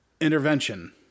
intervention